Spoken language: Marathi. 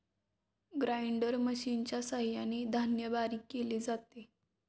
ग्राइंडर मशिनच्या सहाय्याने धान्य बारीक केले जाते